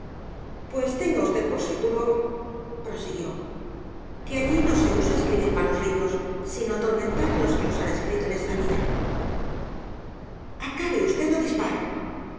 pues tenga usted por seguroprosiguióque allí no se usa escribir malos libros sino atormentar á los que los han escrito en esta vida acabe usted ó disparo